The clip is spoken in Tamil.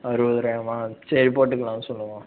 அருபதுருவாயாமா சரி போட்டுக்கலாம் சொல்லுங்கள்மா